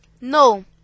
No